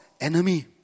enemy